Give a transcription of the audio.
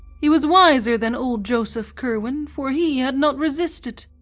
he was wiser than old joseph curwen, for he had not resisted.